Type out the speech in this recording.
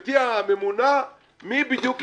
במרוקאית אומרים: "לבכאת מנורה אל מייה